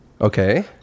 okay